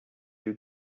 you